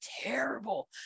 terrible